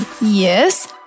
yes